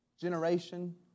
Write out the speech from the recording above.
generation